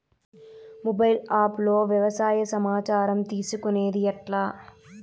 Mobile app లో వ్యవసాయ సమాచారం తీసుకొనేది ఎట్లా?